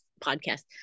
podcast